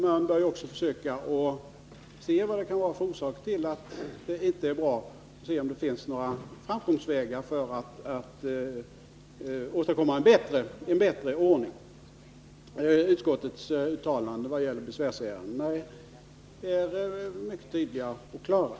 Man bör också försöka se vad det är som är orsakerna till att det inte är bra och om det finns några vägar att åstadkomma en bättre ordning. Utskottets uttalanden när det gäller besvärsärendena är tydliga och klara.